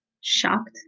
shocked